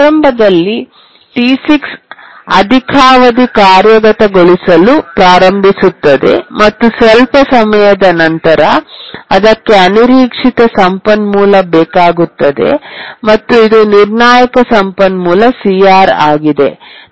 ಪ್ರಾರಂಭದಲ್ಲಿ T6 ಅಧಿಕಾವಧಿ ಕಾರ್ಯಗತಗೊಳಿಸಲು ಪ್ರಾರಂಭಿಸುತ್ತದೆ ಮತ್ತು ಸ್ವಲ್ಪ ಸಮಯದ ನಂತರ ಅದಕ್ಕೆ ಅನಿರೀಕ್ಷಿತ ಸಂಪನ್ಮೂಲ ಬೇಕಾಗುತ್ತದೆ ಮತ್ತು ಇದು ನಿರ್ಣಾಯಕ ಸಂಪನ್ಮೂಲ CR ಆಗಿದೆ